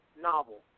novel